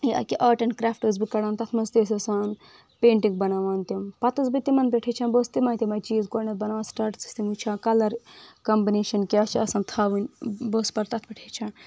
یا أکیٛاہ art and craft ٲس بہٕ کَران تَتھ منٛز تہِ ٲسۍ آسان پینٛٹِنٛگ بَناوان تِم پَتہٕ ٲسٕس بہٕ تِمَن پٮ۪ٹھ ہیٚچھان بہٕ ٲسٕس تِمَے تِمَے چیٖز گۄڈٕنٮ۪تھ بَناوان سِٹاٹَس ٲسۍ تِم وٕچھان کَلَر کَمبٕنیشَن کیٛاہ چھِ آسان تھاوٕنۍ بہٕ ٲسٕس پَتہٕ تَتھ پٮ۪ٹھ ہیٚچھان